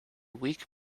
week